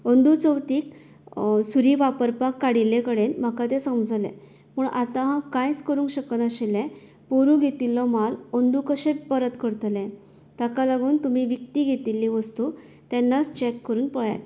अंदू चवथीक सुरी वापरपाक काडिल्ले कडेन म्हाका तें समजलें पूण आतां कांयच करूंक शकनाशिल्ल्यान पोरूं घेतिल्लो म्हाल अंदू कशें परत करतलें ताका लागून तुमी विकती घेतिल्ली वस्तू तेन्नाच चेक करून पळयात